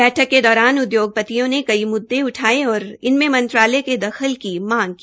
बैठक के दौरान उद्योगपतियों ने कई मुद्दे उठाये और इनमे मंत्रालय के दखल की मांग की